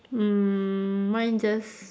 mm mine just